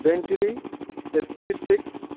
Bentley speed six